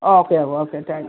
okay okay thank you